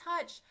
touch